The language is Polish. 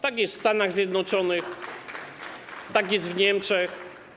Tak jest w Stanach Zjednoczonych, tak jest w Niemczech.